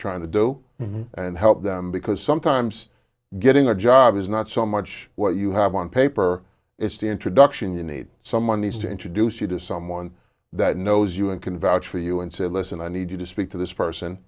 trying to do and help them because sometimes getting a job is not so much what you have on paper it's the introduction you need someone needs to introduce you to someone that knows you and can vouch for you and say listen i need you to speak to this person